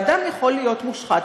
ואדם יכול להיות מושחת,